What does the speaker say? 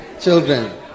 children